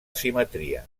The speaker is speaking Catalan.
simetria